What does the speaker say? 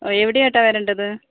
ഓ എവിടെയായിട്ടാണ് വരേണ്ടത്